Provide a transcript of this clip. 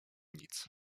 nic